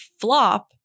flop